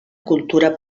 cultura